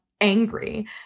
angry